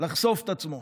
לחשוף את עצמו,